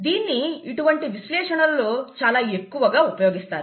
దీనిని ఇటువంటి విశ్లేషణలలో చాలా ఎక్కువగా ఉపయోగిస్తారు